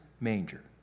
manger